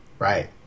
Right